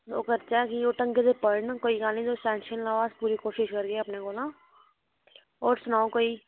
ओह् करचै कि ओह् ढंगै दे पढ़न कोई गल्ल नी तुस टेंशन नी लैओ अस पूरी कोशिश करगे अपने कोला होर सनाओ कोई